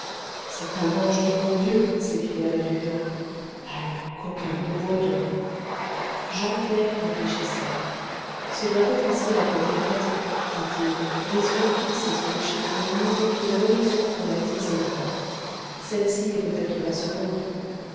c'est un ange du bon dieu s'écria l'étudiant ah le coquin de breton jean pierre réfléchissait ce doit être ici la première lettre dit-il les yeux fixés sur le chiffon humide qu'il relisait pour la dixième fois celle-ci est peut-être la seconde